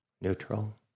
neutral